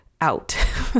out